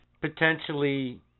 potentially